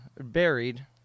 buried